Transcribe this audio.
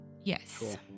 Yes